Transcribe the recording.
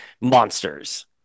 monsters